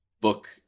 book